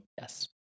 Yes